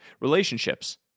Relationships